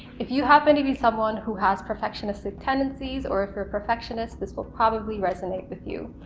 if you happen to be someone who has perfectionistic tendencies or if you're perfectionist, this will probably resonate with you.